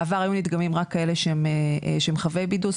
בעבר היו נדגמים רק כאלה שהם חבי בידוד,